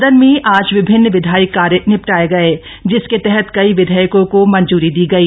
सदन में आज विभिन्न विधायी कार्य निपटाए गए जिसके तहत कई विधेयकों को मंजूरी दी गई